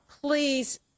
please